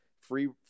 free